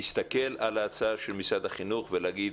להסתכל על ההצעה של משרד החינוך ולהגיד